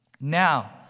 Now